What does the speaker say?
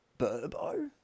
Burbo